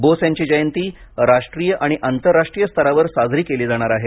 बोस यांची जयंती राष्ट्रीय आणि आंतरराष्ट्रीय स्तरावर साजरी केली जाणार आहे